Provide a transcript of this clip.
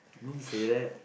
don't say that